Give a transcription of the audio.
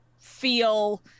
feel